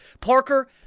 Parker